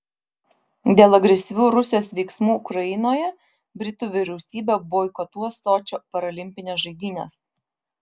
dėl agresyvių rusijos veiksmų ukrainoje britų vyriausybė boikotuos sočio paralimpines žaidynes